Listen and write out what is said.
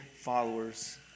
followers